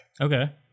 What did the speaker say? Okay